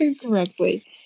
correctly